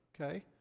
okay